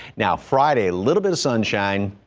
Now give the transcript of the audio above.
now friday little bit of sunshine.